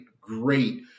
great